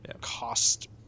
cost